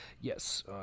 Yes